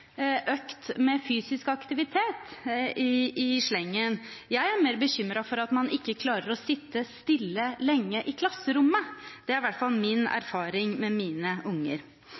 økt med fysisk aktivitet i slengen. Jeg er mer bekymret for at man ikke klarer å sitte stille lenge i klasserommet, det er i hvert fall min erfaring med mine unger.